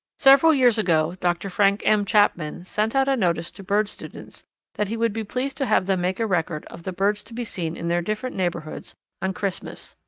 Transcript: several years ago dr. frank m. chapman sent out a notice to bird students that he would be pleased to have them make a record of the birds to be seen in their different neighbourhoods on christmas.